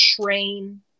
train